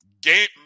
Game